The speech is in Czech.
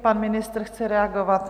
Pan ministr chce reagovat?